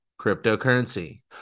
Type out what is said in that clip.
cryptocurrency